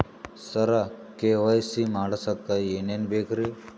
ಸರ KYC ಮಾಡಸಕ್ಕ ಎನೆನ ಬೇಕ್ರಿ?